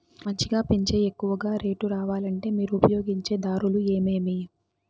మంచిగా పెంచే ఎక్కువగా రేటు రావాలంటే మీరు ఉపయోగించే దారులు ఎమిమీ?